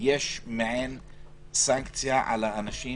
יש מעין סנקציה על האנשים